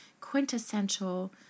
quintessential